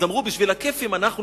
אז אמרו: לכיפים אנחנו נדאג,